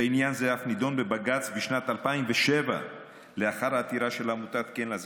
ועניין זה אף נדון בבג"ץ בשנת 2007 לאחר העתירה של עמותת כן לזקן.